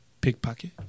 Pickpocket